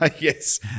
Yes